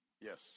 Yes